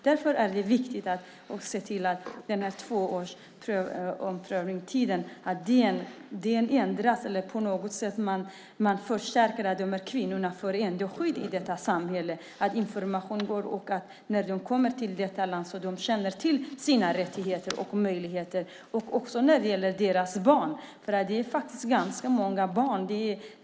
Därför är det viktigt att se till att omprövningen av tiden ändras eller att man på något annat sätt försäkrar sig om att de här kvinnorna får skydd i detta samhälle. Information ska gå ut, och när kvinnorna kommer till detta land ska de känna till sina rättigheter och möjligheter. Det gäller också deras barn, för det handlar om ganska många barn.